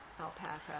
alpaca